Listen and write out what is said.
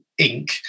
Inc